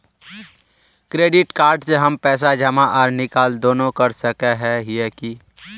Credit card से हम पैसा जमा आर निकाल दोनों कर सके हिये की?